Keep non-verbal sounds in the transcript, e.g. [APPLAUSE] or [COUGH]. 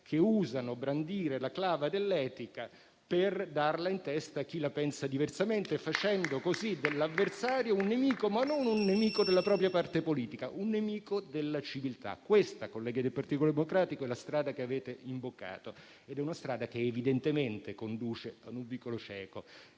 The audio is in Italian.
che usano brandire la clava dell'etica per darla in testa a chi la pensa diversamente, facendo così dell'avversario un nemico, non della propria parte politica, ma della civiltà. [APPLAUSE] Questa, colleghi del Partito Democratico, è la strada che avete imboccato ed evidentemente conduce ad un vicolo cieco.